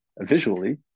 visually